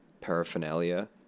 paraphernalia